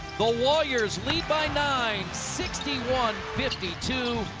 the warriors lead by nine, sixty one fifty two,